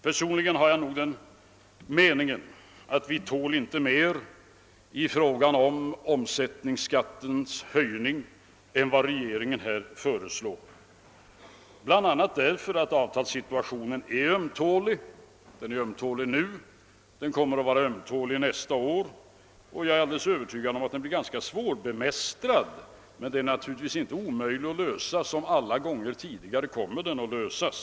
Personligen har jag den uppfattningen att vi inte tål mer i fråga om höjning av omsättningsskatten än vad regeringen här föreslår, bl.a. därför att avtalssituationen är ömtålig. Den är ömtålig och den kommer att vara ömtålig nästa år — jag är alldeles övertygad om att den blir ganska svårbemästrad: Men den är naturligtvis inte omöjlig att lösa; som alla gånger tidigare kommer den att lösas.